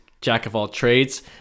jack-of-all-trades